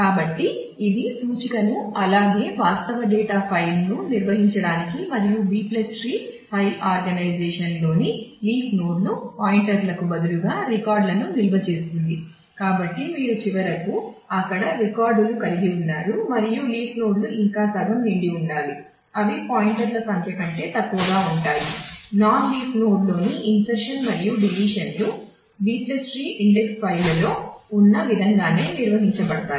కాబట్టి ఇది సూచిక B ట్రీ ఇండెక్స్ ఫైల్ లో ఉన్న విధంగానే నిర్వహించబడతాయి